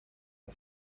are